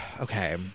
Okay